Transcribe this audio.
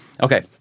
Okay